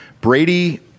Brady